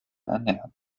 ernähren